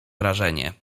wrażenie